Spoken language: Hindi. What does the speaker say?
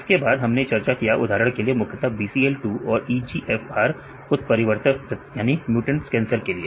इसके बाद हमने चर्चा किया उदाहरण के लिए मुख्यतः Bcl 2 और EGFR उत्परिवर्त कैंसर के लिए